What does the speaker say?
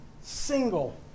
single